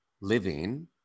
living